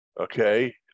Okay